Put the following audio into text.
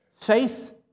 Faith